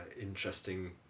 interesting